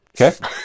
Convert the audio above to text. Okay